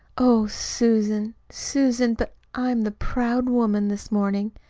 oh susan, susan, but i'm the proud woman this mornin'!